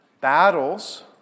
battles